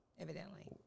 evidently